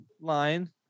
line